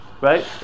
right